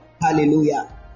hallelujah